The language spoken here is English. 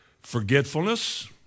forgetfulness